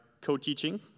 co-teaching